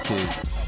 Kids